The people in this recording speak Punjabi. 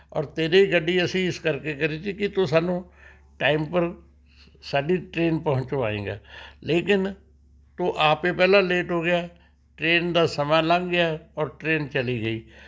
ਔਰ ਤੇਰੀ ਗੱਡੀ ਅਸੀਂ ਇਸ ਕਰਕੇ ਕਰੀ ਸੀ ਕਿ ਤੂੰ ਸਾਨੂੰ ਟਾਈਮ ਪਰ ਸਾਡੀ ਟਰੇਨ ਪਹੁੰਚਵਾਏਗਾ ਲੇਕਿਨ ਤੂੰ ਆਪੇ ਪਹਿਲਾਂ ਲੇਟ ਹੋ ਗਿਆ ਟਰੇਨ ਦਾ ਸਮਾਂ ਲੰਘ ਗਿਆ ਔਰ ਟਰੇਨ ਚਲੀ ਗਈ